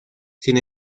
sin